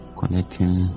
connecting